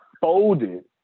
folded